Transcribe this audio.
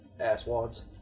asswads